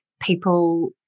People